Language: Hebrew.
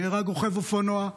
נהרג רוכב אופנוע,